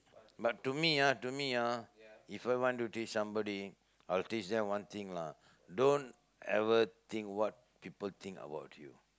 but to me ah to me ah If I want to teach somebody I'll teach them one thing lah don't ever think what people think about you